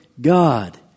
God